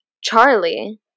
Charlie